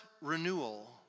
renewal